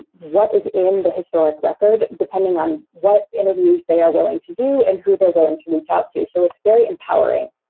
what is in the historic record, depending on what interviews they are willing to do and who they are but going to reach out to. so it's very empowering.